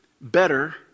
better